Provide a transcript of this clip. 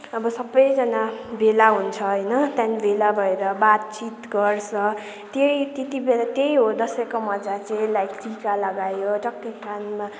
अब सबैजना भेला हुन्छ होइन त्यहाँदेखि भेला भएर बातचित गर्छ त्यहीँ त्यति बेला त्यही हो दसैँको मजा चाहिँ लाइक टिका लगायो टक्कै कानमा